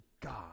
God